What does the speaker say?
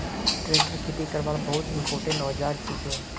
tractor खेती करवार बहुत इंपोर्टेंट औजार छिके